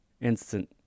instant